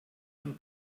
von